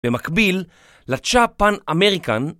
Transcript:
במקביל, לצ'אפן אמריקאן